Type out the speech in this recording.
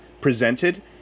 presented